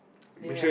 ya